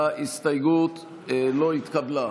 ההסתייגות לא התקבלה.